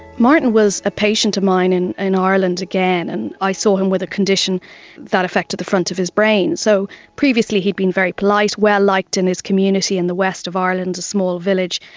martin was a patient of mine in in ireland again, and i saw him with a condition that affected the front of his brain. so previously he had been very polite, well liked in his community in the west of ireland, a small village,